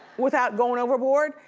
without going overboard?